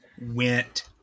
went